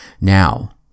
Now